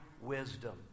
Wisdom